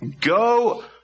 Go